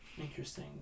Interesting